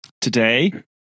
today